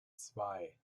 zwei